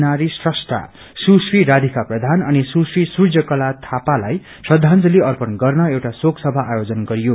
नारी म्रष्ठा सुश्री राधिका प्रधान अनि सुश्री सूर्यकला थापालाई श्रदाजंली अप्रण गर्न एउटा शोक सभा आयोजन गरियो